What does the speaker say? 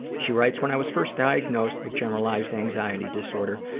she writes, when i was first diagnosed with generalized anxiety disorder,